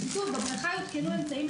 קיבלנו מאיגוד